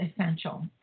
essential